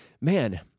man